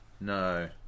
No